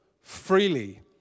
freely